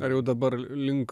ar jau dabar link